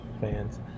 fans